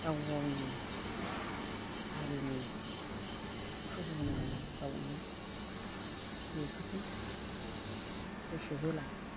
गाव गावनि हारिनि फुजिनाय बाउनाय बेफोरखौ गोसो होला